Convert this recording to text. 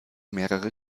mehrere